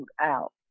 out